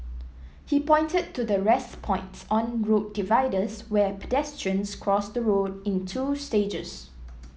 he pointed to the 'rest points' on road dividers where pedestrians cross the road in two stages